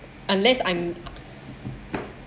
unless I'm